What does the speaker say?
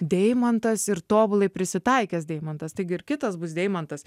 deimantas ir tobulai prisitaikęs deimantas taigi ir kitas bus deimantas